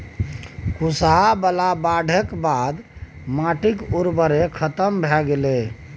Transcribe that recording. कुसहा बला बाढ़िक बाद तँ माटिक उर्वरते खतम भए गेलै